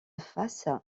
face